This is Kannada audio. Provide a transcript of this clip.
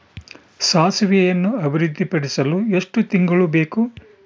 ಸಾಸಿವೆಯನ್ನು ಅಭಿವೃದ್ಧಿಪಡಿಸಲು ಎಷ್ಟು ತಿಂಗಳು ಬೇಕು?